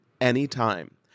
anytime